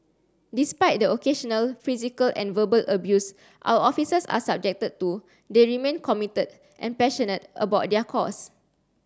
despite the occasional physical and verbal abuse our officers are subjected to they remain committed and passionate about their cause